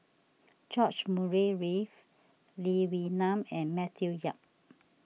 George Murray Reith Lee Wee Nam and Matthew Yap